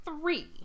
three